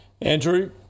Andrew